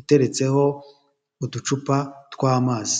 iteretseho uducupa tw'amazi.